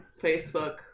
Facebook